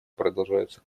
продолжаются